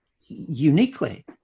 uniquely